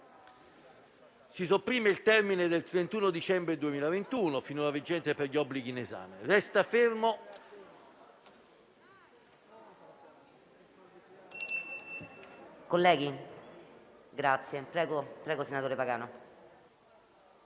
Si sopprime il termine del 31 dicembre 2021, finora vigente per gli obblighi in esame.